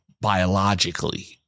biologically